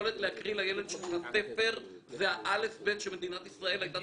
יכולת להקריא לילד ספר זה ה-א-ב שמדינת ישראל הייתה